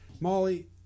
Molly